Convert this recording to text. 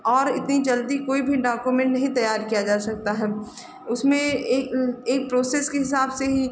और इतनी जल्दी कोई भी डॉक्यूमेन्ट नहीं तैयार किया जा सकता है उसमें एक एक प्रोसेस के हिसाब से ही